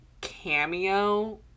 cameo